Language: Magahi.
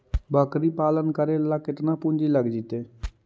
बकरी पालन करे ल केतना पुंजी लग जितै?